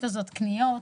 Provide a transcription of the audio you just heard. לתוכנית הזאת קניות.